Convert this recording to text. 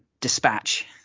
dispatch